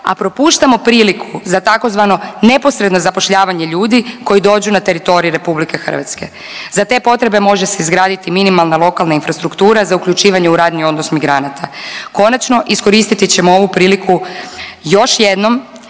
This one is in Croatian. a propuštamo priliku za tzv. neposredno zapošljavanje ljudi koji dođu na teritorij Republike Hrvatske. Za te potrebe može se izgraditi minimalna lokalna infrastruktura za uključivanje u radni odnos migranata. Konačno iskoristiti ćemo ovu priliku još jednom,